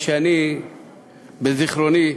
ממה שבזיכרוני,